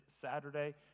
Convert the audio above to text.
Saturday